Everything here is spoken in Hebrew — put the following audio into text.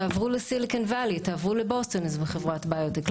תעברו לסיליקון ואלי, תעברו לבוסטון בחברת ביוטק.